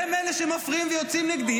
הם אלה שמפריעים ויוצאים נגדי.